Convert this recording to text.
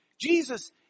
Jesus